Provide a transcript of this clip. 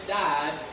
died